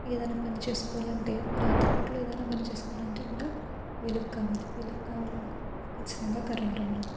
ఏదన్నా పని చేసుకోవాలంటే రాత్రిపూటలో ఏదన్నా పని చేసుకోవాలంటే కూడా వెలుగు కావాలి వెలుగు కావాలంటే ఖచ్చితంగా కరెంట్ ఉండాలి